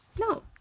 No